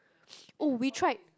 oh we tried